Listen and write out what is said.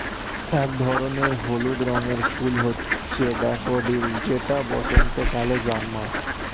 এক ধরনের হলুদ রঙের ফুল হচ্ছে ড্যাফোডিল যেটা বসন্তকালে জন্মায়